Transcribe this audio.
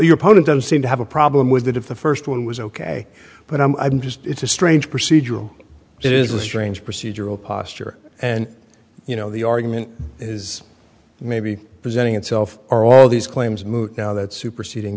your opponent doesn't seem to have a problem with that if the first one was ok but i'm just it's a strange procedural it is a strange procedural posture and you know the argument is maybe presenting itself are all these claims moot now that superseding